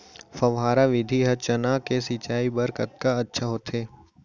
फव्वारा विधि ह चना के सिंचाई बर कतका अच्छा होथे?